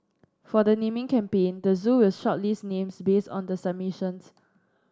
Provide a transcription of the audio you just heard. for the naming campaign the zoo will shortlist names based on the submissions